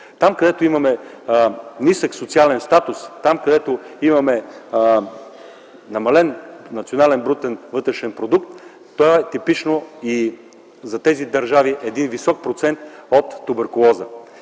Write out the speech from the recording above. Там, където имаме нисък социален статус, там, където имаме намален национален брутен вътрешен продукт, за тези държави е типичен висок процент от туберкулоза.